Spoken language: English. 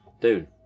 dude